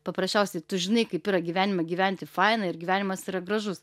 paprasčiausiai tu žinai kaip yra gyvenime gyventi faina ir gyvenimas yra gražus